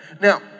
Now